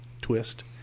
twist